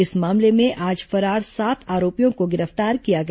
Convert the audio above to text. इस मामले में आज फरार सात आरोपियों को गिर फ्तार किया गया